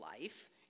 life